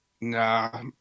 Nah